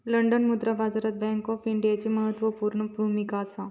London मुद्रा बाजारात bank of इंग्लंडची म्हत्त्वापूर्ण भुमिका असा